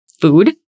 food